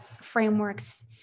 frameworks